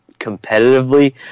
competitively